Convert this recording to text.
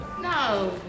No